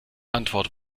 antwort